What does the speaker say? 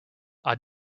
are